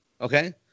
Okay